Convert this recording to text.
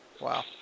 Wow